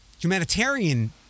humanitarian